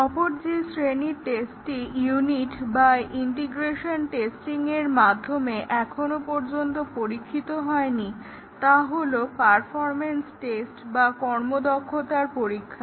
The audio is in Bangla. অপর যে শ্রেণীর টেস্টটি ইউনিট বা ইন্টিগ্রেশন টেস্টিংয়ের মাধ্যমে এখনো পর্যন্ত পরীক্ষিত হয়নি তা হলো পারফরম্যান্স টেস্ট বা কর্মদক্ষতার পরীক্ষা